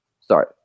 Sorry